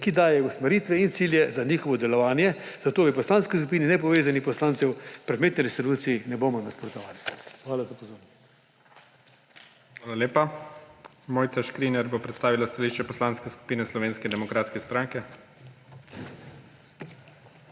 ki daje usmeritve in cilje za njihovo delovanje, zato v Poslanski skupini nepovezanih poslancev predmetni resoluciji ne bomo nasprotovali. Hvala za pozornost. **PREDSEDNIK IGOR ZORČIČ:** Hvala lepa. Mojca Škrinjar bo predstavila stališče Poslanske skupine Slovenske demokratske stranke.